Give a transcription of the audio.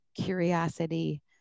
curiosity